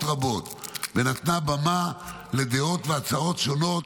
רבות ונתנה במה לדעות והצעות שונות,